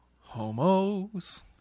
Homos